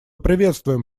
приветствуем